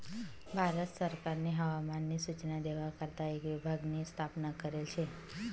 भारत सरकारनी हवामान नी सूचना देवा करता एक विभाग नी स्थापना करेल शे